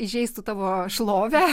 įžeistų tavo šlovę